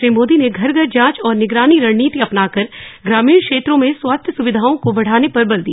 श्री मोदी ने घर घर जांच और निगरानी रणनीति अपनाकर ग्रामीण क्षेत्रों में स्वास्थ्य सुविधाओं को बढाने पर बल दिया